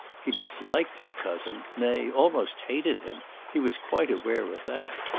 he disliked his cousin nay, almost hated him he was quite aware of that.